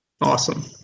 Awesome